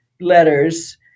letters